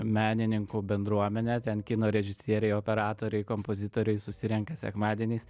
menininkų bendruomenę ten kino režisieriai operatoriai kompozitoriui susirenka sekmadieniais